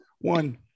One